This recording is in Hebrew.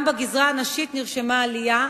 גם בגזרה הנשית נרשמה עלייה,